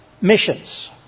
missions